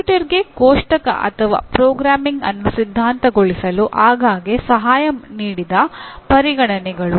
ಕಂಪ್ಯೂಟರ್ಗೆ ಕೋಷ್ಟಕ ಅಥವಾ ಪ್ರೋಗ್ರಾಮಿಂಗ್ ಅನ್ನು ಸಿದ್ಧಾಂತಗೊಳಿಸಲು ಆಗಾಗ್ಗೆ ಸಹಾಯ ನೀಡಿದ ಪರಿಗಣನೆಗಳು